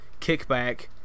kickback